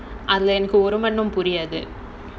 அது எனக்கு ஒரு மண்ணும் புரியாது:adhu enakku oru mannum puriyaathu